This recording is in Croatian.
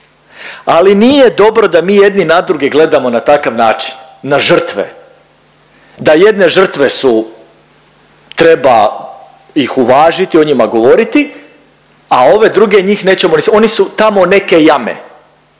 Ali nije dobro da mi jedni na druge gledamo na takav način, na žrtve. Da jedne žrtve su treba ih uvažiti i o njima govoriti, a ove druge njih nećemo ni, oni su tamo neke jame.